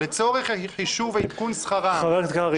"לצורך חישוב עדכון שכרם -- חבר הכנסת קרעי.